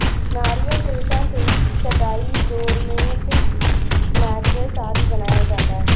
नारियल रेशा से चटाई, डोरमेट, मैटरेस आदि बनाया जाता है